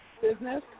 business